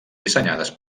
dissenyades